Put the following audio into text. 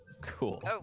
Cool